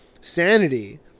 Sanity